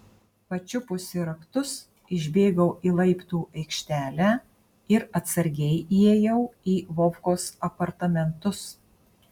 pačiupusi raktus išbėgau į laiptų aikštelę ir atsargiai įėjau į vovkos apartamentus